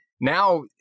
now